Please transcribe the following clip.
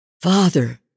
Father